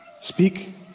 Speak